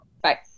Bye